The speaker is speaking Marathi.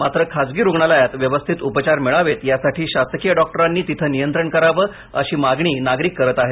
मात्र खासगी रुग्णालयात व्यवस्थित उपचार मिळावेत यासाठी शासकीय डॉक्टरांनी तेथे नियंत्रण करावे अशी मागणी नागरिक करत आहेत